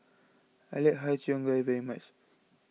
I like Har Cheong Gai very much